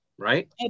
Right